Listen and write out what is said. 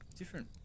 Different